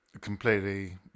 completely